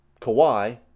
Kawhi